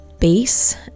base